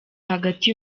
hagati